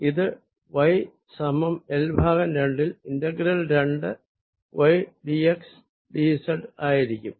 ഇത് y സമം L ഭാഗം രണ്ടിൽ ഇന്റഗ്രൽ രണ്ട് y d x d z ആയിരിക്കും